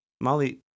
Molly